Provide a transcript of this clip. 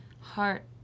heart